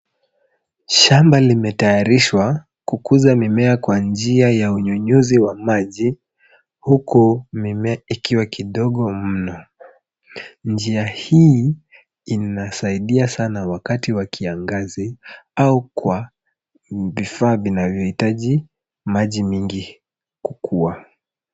Shamba limetayarisha kukuza mimea kwa njia ya unyunyizi wa maji, huku mimea ikiwa kidogo mno. Njia hii inasaidia sana wakati wa kiangazi au kwa vifaa vinavyohitaji maji mingi kukua.